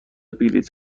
بلیط